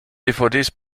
dvd